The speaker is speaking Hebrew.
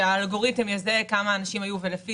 שהאלגוריתם יזהה כמה אנשים היו ברכב.